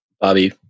Bobby